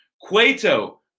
Cueto